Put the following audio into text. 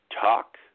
Talk